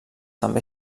també